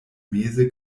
meze